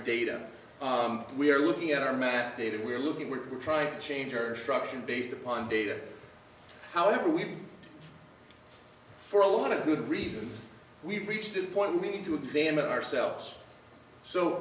data we're looking at our mandated we're looking we're trying to change or structure based upon data however we for a lot of good reasons we've reached this point we need to examine ourselves so